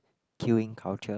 queuing culture